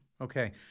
Okay